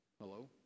Hello